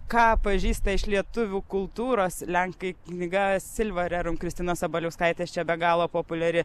ką pažįsta iš lietuvių kultūros lenkai knyga silva rerum kristinos sabaliauskaitės čia be galo populiari